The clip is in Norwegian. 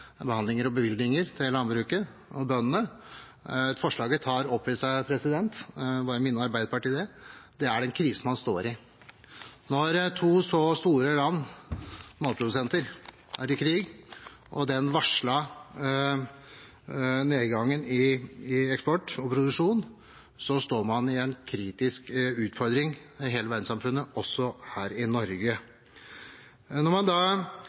og bevilgninger til landbruket og bøndene. Jeg vil bare minne Arbeiderpartiet om at forslaget tar opp i seg den krisen man står i. Når to så store land, matprodusenter, er i krig, og det er en varslet nedgang i eksport og produksjon, står hele verdenssamfunnet i en kritisk utfordring, også her i Norge. Når man da